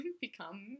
become